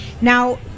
Now